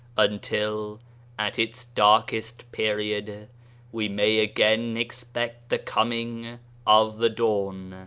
until at its darkest period we may again expect the coming of the dawn,